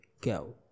go